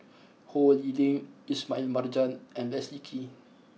Ho Lee Ling Ismail Marjan and Leslie Kee